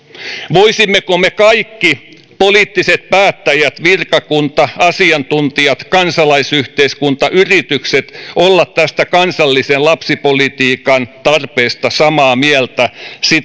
voisimmeko me kaikki poliittiset päättäjät virkakunta asiantuntijat kansalaisyhteiskunta yritykset olla tästä kansallisen lapsipolitiikan tarpeesta samaa mieltä